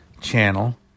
channel